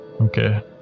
Okay